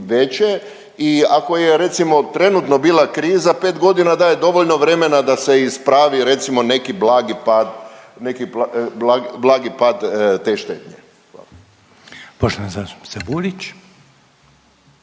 i ako je recimo trenutno bila kriza, 5.g. daje dovoljno vremena da se ispravi recimo neki blagi pad, neki blagi pad te štete.